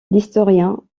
l’historien